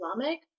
Islamic